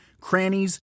crannies